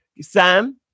Sam